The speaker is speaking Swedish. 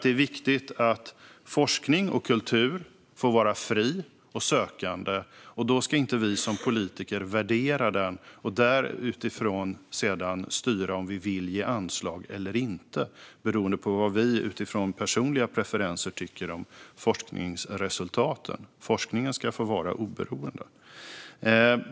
Det är viktigt att forskning och kultur får vara fri och sökande, och då ska inte vi politiker värdera och utifrån det styra om vi vill ge anslag eller inte, beroende på vad vi utifrån personliga preferenser tycker om forskningsresultaten. Forskningen ska få vara oberoende.